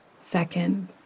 second